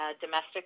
domestic